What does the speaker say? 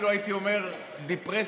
הייתי אומר אפילו דפרסיה,